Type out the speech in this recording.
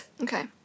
Okay